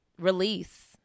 release